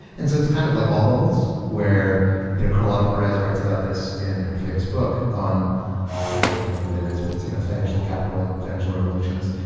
and so it's kind of like all bubbles where you know carlota perez writes about this in her famous book on i can't remember what the name of it is, but it's you know financial capital and financial revolutions.